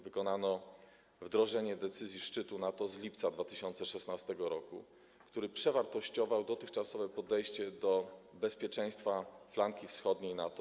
Wykonano wdrożenie decyzji szczytu NATO z lipca 2016 r., który przewartościował dotychczasowe podejście do bezpieczeństwa flanki wschodniej NATO.